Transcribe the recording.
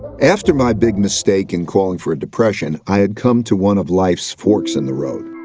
after my big mistake in calling for a depression, i had come to one of life's forks in the road,